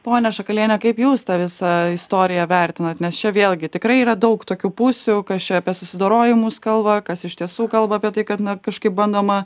ponia šakaliene kaip jūs tą visą istoriją vertinat nes čia vėlgi tikrai yra daug tokių pusių kas čia apie susidorojimus kalba kas iš tiesų kalba apie tai kad na kažkaip bandoma